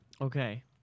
Okay